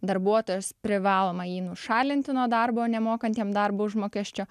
darbuotojas privaloma jį nušalinti nuo darbo nemokant jam darbo užmokesčio